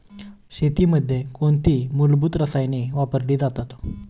शेतीमध्ये कोणती मूलभूत रसायने वापरली जातात?